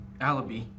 Alibi